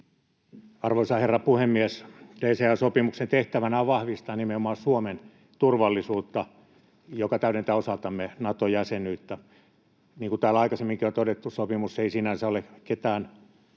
Arvoisa herra puhemies! DCA-sopimuksen tehtävänä on vahvistaa nimenomaan Suomen turvallisuutta, ja se täydentää osaltamme Nato-jäsenyyttä. Niin kuin täällä aikaisemminkin on todettu, sopimus ei sinänsä ole ketään